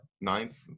ninth